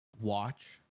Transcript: watch